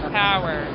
power